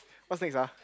what things ah